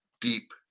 deep